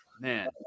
Man